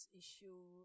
issue